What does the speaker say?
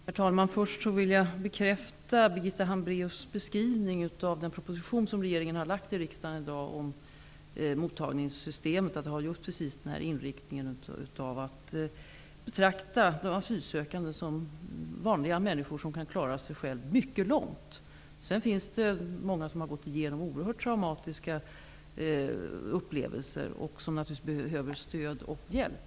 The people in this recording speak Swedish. Herr talman! Först vill jag bekräfta Birgitta Hambraeus beskrivning av den proposition som regeringen har lagt fram i riksdagen i dag. Den har inriktningen att de asylsökande kan klara sig själva i mycket stor utsträckning. Det finns dock många människor som har oerhört traumatiska upplevelser bakom sig och som naturligtvis behöver stöd och hjälp.